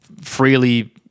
freely